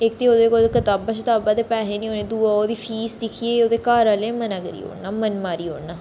इक ते ओह्दे कोल कताबां छताबां ते पैहे नी होने दूआ ओह्दी फीस दिक्खियै ओह्दे घर आह्लें मना करी ओड़ना मन मारी ओड़ना